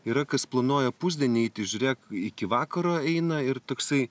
yra kas planuoja pusdienį žiūrėk iki vakaro eina ir toksai